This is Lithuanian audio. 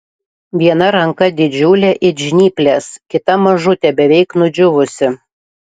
viena ranka didžiulė it žnyplės kita mažutė beveik nudžiūvusi